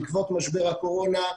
בעקבות משבר הקורונה,